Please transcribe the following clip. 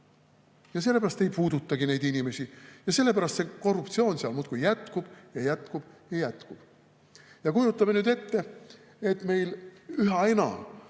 Sellepärast te ei puudutagi neid inimesi ja sellepärast korruptsioon seal muudkui jätkub ja jätkub ja jätkub. Kujutame nüüd ette, et meil üha enam